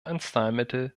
arzneimittel